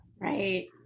Right